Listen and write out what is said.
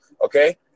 okay